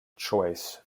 choice